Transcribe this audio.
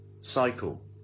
cycle